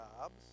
jobs